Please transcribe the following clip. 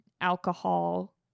alcohol